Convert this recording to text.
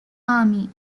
army